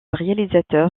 réalisateur